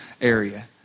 area